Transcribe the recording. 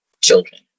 children